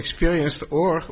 experienced or